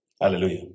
Hallelujah